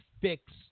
fix